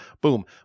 boom